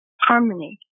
harmony